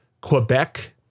Quebec